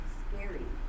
scary